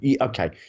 okay